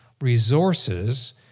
resources